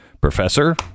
Professor